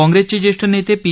काँग्रेसचे ज्येष्ठ नेते पी